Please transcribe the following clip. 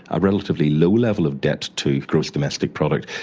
a relatively low level of debt to gross domestic product,